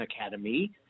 Academy